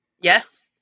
Yes